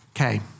Okay